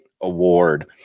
award